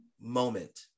moment